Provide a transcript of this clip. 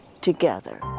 together